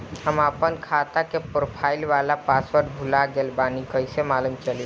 हम आपन खाता के प्रोफाइल वाला पासवर्ड भुला गेल बानी कइसे मालूम चली?